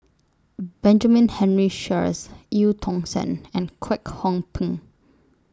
Benjamin Henry Sheares EU Tong Sen and Kwek Hong Png